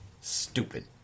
Stupid